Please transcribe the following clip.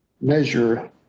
measure